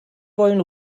wollen